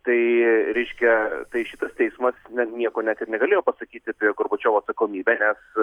tai reiškia tai šitas teismas na nieko net ir negalėjo pasakyti apie gorbačiovo atsakomybę nes